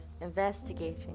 investigating